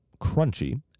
crunchy